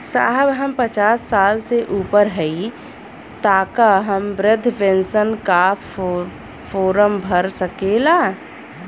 साहब हम पचास साल से ऊपर हई ताका हम बृध पेंसन का फोरम भर सकेला?